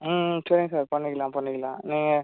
ம் ம் சரிங்க சார் பண்ணிக்கலாம் பண்ணிக்கலாம் நீங்கள்